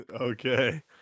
Okay